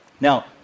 Now